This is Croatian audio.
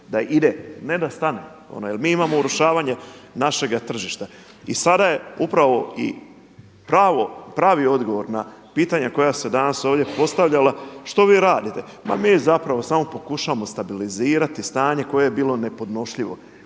da ide, ne da stane, jel mi imamo urušavanje našega tržišta. I sada je upravo i pravi odgovor na pitanja koja se danas ovdje postavljala što vi radite. Ma mi zapravo samo pokušavamo stabilizirati stanje koje je bilo nepodnošljivo.